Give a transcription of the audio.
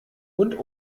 und